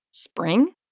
Spring